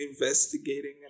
investigating